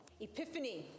Epiphany